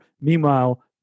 meanwhile